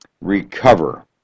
recover